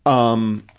um,